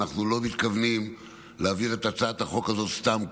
ואנחנו לא מתכוונים להעביר את הצעת החוק הזאת סתם כך.